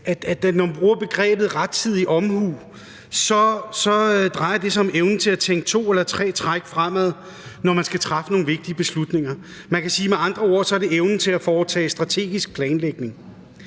når man bruger begrebet rettidig omhu, drejer det sig om evnen til at tænke to eller tre træk fremad, når man skal træffe nogle vigtige beslutninger. Man kan sige, at det med andre ord er evnen til at foretage strategisk planlægning.